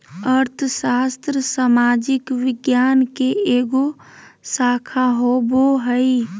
अर्थशास्त्र सामाजिक विज्ञान के एगो शाखा होबो हइ